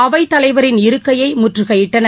அவைத்தலைவரின் இருக்கையை முற்றுகையிட்டனர்